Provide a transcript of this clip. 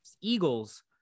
Eagles